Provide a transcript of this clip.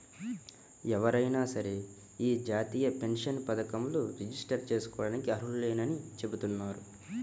ఎవరైనా సరే యీ జాతీయ పెన్షన్ పథకంలో రిజిస్టర్ జేసుకోడానికి అర్హులేనని చెబుతున్నారు